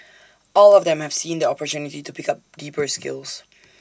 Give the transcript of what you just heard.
all of them have seen the opportunity to pick up deeper skills